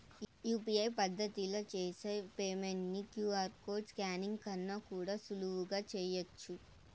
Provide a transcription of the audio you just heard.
UPI పద్దతిల చేసి payment ని క్యూ.ఆర్ కోడ్ స్కానింగ్ కన్నా కూడా సులువుగా చేయచ్చు